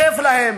כיף להם.